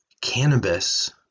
cannabis